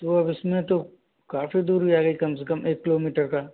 तो अब इसमें तो काफ़ी दूर भी आ गई कम से कम एक किलोमीटर का